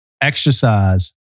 exercise